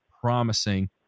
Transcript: promising